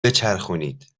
بچرخونید